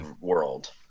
world